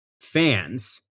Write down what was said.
fans